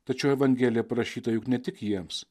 tačiau evangelija parašyta juk ne tik jiems